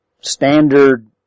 standard